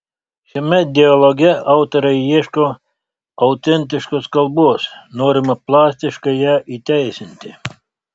šiame dialoge autoriai ieško autentiškos kalbos norima plastiškai ją įteisinti